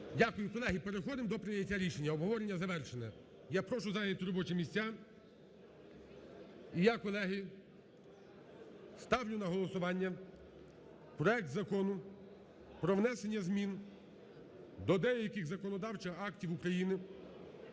Дякую. Колеги, переходимо до прийняття рішення. Обговорення завершено. Я прошу зайняти робочі місця. І я, колеги, ставлю на голосування проект Закону про внесення змін до деяких законодавчих актів України